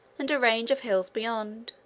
and a range of hills beyond.